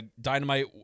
Dynamite